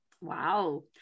Wow